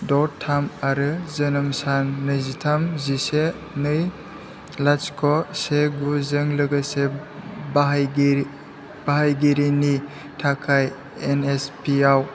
द' थाम आरो जोनोम सान नैजिथाम जिसे नै लाथिख' से गुजों लोगोसे बाहायगिरिनि थाखाय एन एत्स पि आव